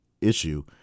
issue